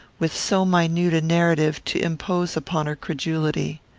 with so minute a narrative, to impose upon her credulity.